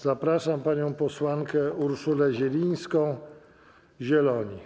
Zapraszam panią posłankę Urszulę Zielińską, Zieloni.